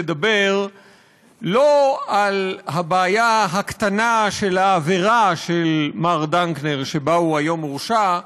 לדבר לא על הבעיה הקטנה של העבירה של מר דנקנר שבה הוא הורשע היום,